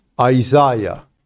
Isaiah